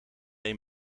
een